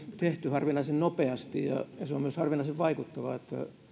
tehty harvinaisen nopeasti ja se on myös harvinaisen vaikuttava